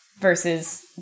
versus